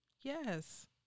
Yes